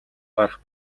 гарах